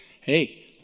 hey